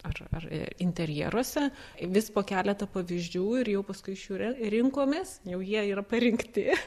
ar ar interjeruose vis po keletą pavyzdžių ir jau paskui iš jų ri rinkomės jau jie yra parinkti